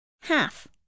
half